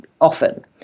often